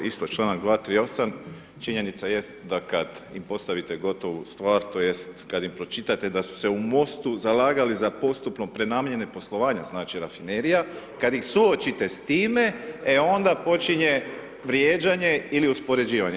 Isto čl. 238., činjenica jest da kad im postavite gotovu stvar tj. kad im pročitate da su se u MOST-u zalagali za postupno prenamijeni poslovanja, znači, rafinerija, kad ih suočite s time, e onda počinje vrijeđanje ili uspoređivanje.